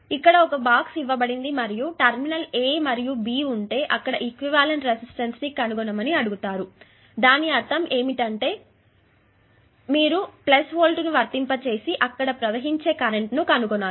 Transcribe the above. మీకు ఒక బాక్స్ ఇవ్వబడింది మరియు టెర్మినల్ a మరియు b ఉంటే అక్కడ ఈక్వివలెంట్ రెసిస్టన్స్ ను కనుగొనమని అడిగారు దాని అర్థం ఏమిటంటే మీరు వోల్టేజ్ను వర్తింప చేసి అక్కడ ప్రవహించే కరెంటు ను కనుగొనండి